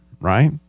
right